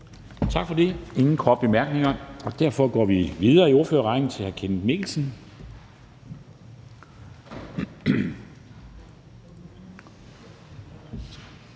Tak for det. Der er ingen korte bemærkninger, og derfor går vi videre i ordførerrækken til hr. Kenneth Mikkelsen,